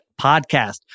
podcast